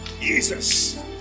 Jesus